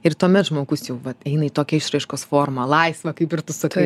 ir tuomet žmogus jau vat eina į tokią išraiškos formą laisva kaip ir tu sakai